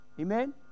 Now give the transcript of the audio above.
Amen